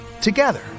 together